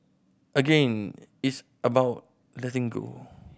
again it's about letting go